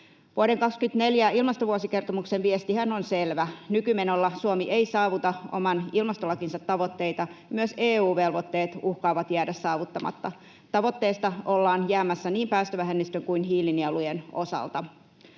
Vuoden 24 ilmastovuosikertomuksen viestihän on selvä: Nykymenolla Suomi ei saavuta oman ilmastolakinsa tavoitteita. Myös EU-velvoitteet uhkaavat jäädä saavuttamatta. Tavoitteesta ollaan jäämässä niin päästövähennysten kuin hiilinielujen osalta.